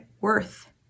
worth